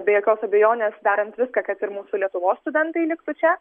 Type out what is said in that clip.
be jokios abejonės darant viską kad ir mūsų lietuvos studentai liktų čia